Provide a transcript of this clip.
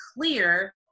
clear